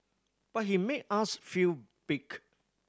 but he made us feel big